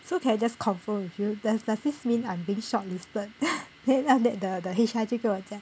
so can I just confirm with you does does this mean I'm being shortlisted then after that the the H_R 就跟我讲